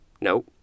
no